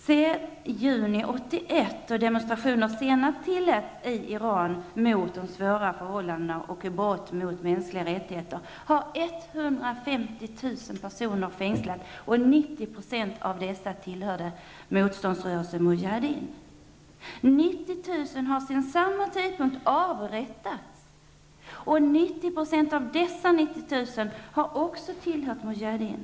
Sedan juni 1981, då demonstrationer senast tilläts i Iran mot de svåra förhållandena och brott mot mänskliga rättigheter, har 150 000 personer fängslats. 90 % av de fängslade tillhörde motståndsrörelsen Mujaheddin. 90 000 har sedan samma tidpunkt avrättats, och 90 %av dessa 90 000 har också tillhört Mujaheddin.